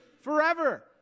forever